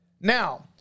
Now